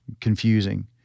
confusing